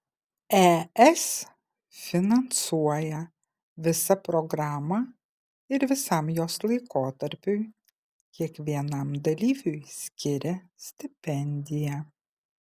es finansuoja visą programą ir visam jos laikotarpiui kiekvienam dalyviui skiria stipendiją